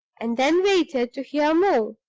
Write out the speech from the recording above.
and then waited to hear more.